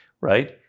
right